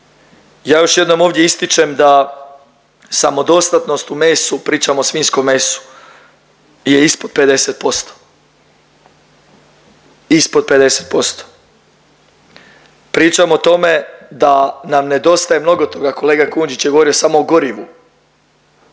Ja još jednom ovdje ističem da samodostatnost u mesu, pričam o svinjskom mesu je ispod 50%, ispod 50%, pričam o tome da nam nedostaje mnogo toga, kolega Kujundžić je govorio samo o gorivu,